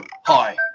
hi